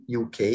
UK